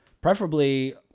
preferably